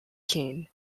keen